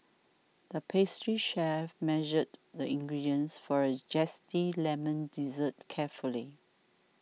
the pastry chef measured the ingredients for a Zesty Lemon Dessert carefully